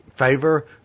favor